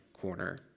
corner